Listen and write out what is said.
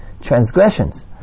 transgressions